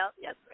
Yes